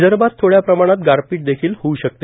विदर्भात थोड्या प्रमाणात गारपिठ देखील होऊ शकते